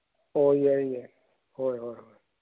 ꯑꯣ ꯌꯥꯏ ꯌꯥꯏ ꯍꯣꯏ ꯍꯣꯏ ꯍꯣꯏ